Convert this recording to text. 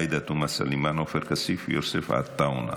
עאידה תומא סלימאן, עופר כסיף, יוסף עטאונה.